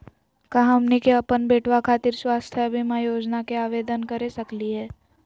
का हमनी के अपन बेटवा खातिर स्वास्थ्य बीमा योजना के आवेदन करे सकली हे?